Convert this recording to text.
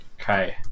Okay